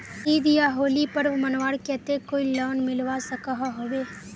ईद या होली पर्व मनवार केते कोई लोन मिलवा सकोहो होबे?